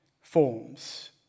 forms